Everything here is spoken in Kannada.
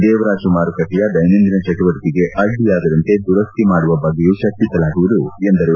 ದೇವರಾಜ ಮಾರುಕಟ್ಟೆಯ ದೈನಂದಿನ ಚಟುವಟಕೆಗೆ ಅಡ್ಡಿಯಾಗದಂತೆ ದುರಸ್ತಿ ಮಾಡುವ ಬಗ್ಗೆಯೂ ಚರ್ಚಿಸಲಾಗುವುದು ಎಂದರು